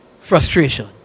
frustration